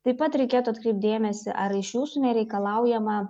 taip pat reikėtų atkreipt dėmesį ar iš jūsų nereikalaujama